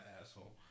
asshole